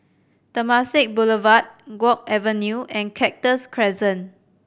Temasek Boulevard Guok Avenue and Cactus Crescent